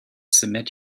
submit